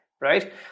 right